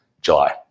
July